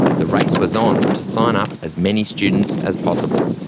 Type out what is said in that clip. the race was on to sign up as many students as possible.